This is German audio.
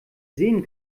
sehen